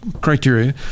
criteria